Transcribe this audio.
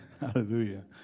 Hallelujah